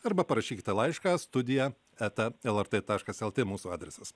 arba parašykite laišką studija eta lrt taškas lt mūsų adresas